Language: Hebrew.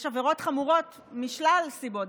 יש עבירות חמורות משלל סיבות.